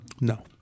No